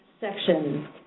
section